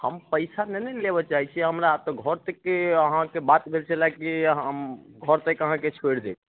हम पैसा नै ने लेबऽ चाहै छी हमरा तऽ घर तकके अहाँ सँ बात भेल छलै की हम घर तक अहाँके छोड़ि देब